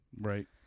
Right